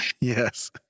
Yes